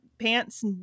pants